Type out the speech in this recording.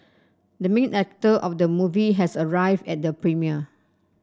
the main actor of the movie has arrived at the premiere